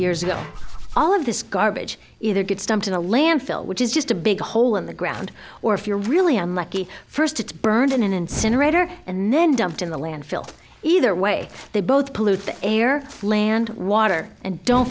ago all of this garbage either gets dumped in a landfill which is just a big hole in the ground or if you're really unlucky first it's burned in an incinerator and then dumped in the landfill either way they both pollute the air land water and don't